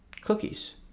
Cookies